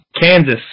Kansas